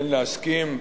אין להסכים,